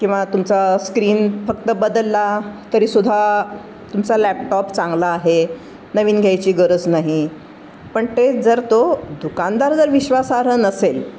किंवा तुमचा स्क्रीन फक्त बदलला तरीद्धा तुमचा लॅपटॉप चांगला आहे नवीन घ्यायची गरज नाही पण तेच जर तो दुकानदार जर विश्वासार्ह नसेल